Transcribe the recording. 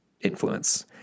influence